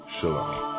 Shalom